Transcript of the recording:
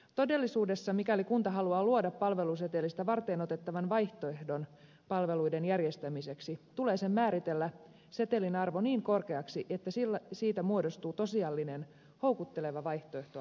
todellisuudessa mikäli kunta haluaa luoda palvelusetelistä varteenotettavan vaihtoehdon palveluiden järjestämiseksi tulee sen määritellä setelin arvo niin korkeaksi että siitä muodostuu tosiasiallinen houkutteleva vaihtoehto asiakkaalle